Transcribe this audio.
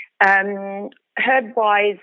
Herd-wise